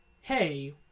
hey